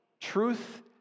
truth